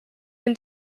can